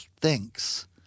thinks